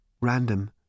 Random